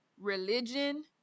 religion